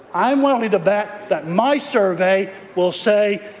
i'm willing to bet that my survey will say,